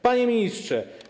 Panie Ministrze!